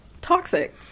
toxic